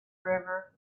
river